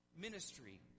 ministry